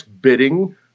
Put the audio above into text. bidding